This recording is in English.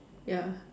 ya